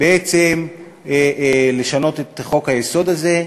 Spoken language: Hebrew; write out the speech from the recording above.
בעצם לשנות את חוק-היסוד הזה,